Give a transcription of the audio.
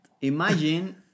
Imagine